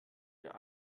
der